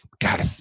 God